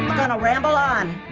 gonna ramble on.